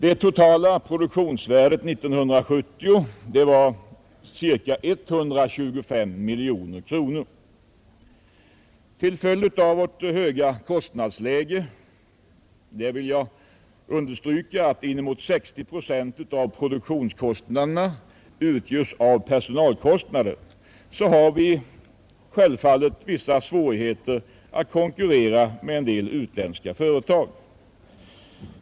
Det totala produktionsvärdet 1970 var cirka 125 miljoner. Till följd av vårt höga kostnadsläge, där inemot 60 procent av produktionskostnaderna utgöres av personalkostnader, har vi självfallet vissa svårigheter att konkurrera med en del utländska bruk.